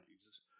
Jesus